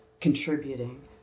contributing